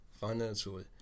financially